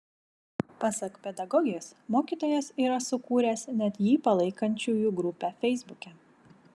pasak pedagogės mokytojas yra sukūręs net jį palaikančiųjų grupę feisbuke